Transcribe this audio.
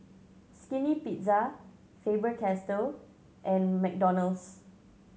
Skinny Pizza Faber Castell and McDonald's